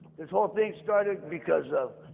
this whole thing started because of,